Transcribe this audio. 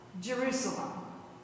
Jerusalem